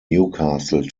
newcastle